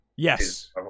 Yes